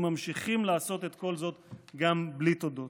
ממשיכים לעשות את כל זאת גם בלי תודות.